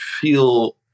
feel